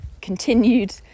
continued